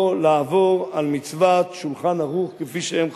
לעבור על מצוות "שולחן ערוך" כפי שהם חפצים.